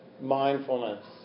mindfulness